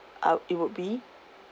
it would be